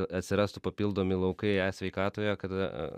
atsirastų papildomi laukai e sveikatoje kada